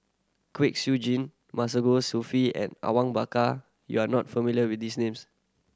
Kwek Siew Jin Masagos Zulkifli and Awang Bakar you are not familiar with these names